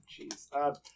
jeez